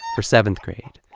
for seventh grade.